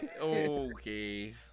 Okay